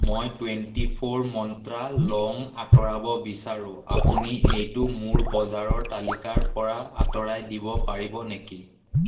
মই twenty four মন্ত্ৰা লং আঁতৰাব বিচাৰোঁ আপুনি এইটো মোৰ বজাৰৰ তালিকাৰ পৰা আঁতৰাই দিব পাৰিব নেকি